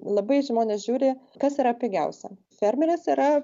labai žmonės žiūri kas yra pigiausia fermeris yra